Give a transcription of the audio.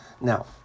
Now